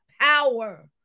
power